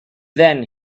then